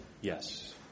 yes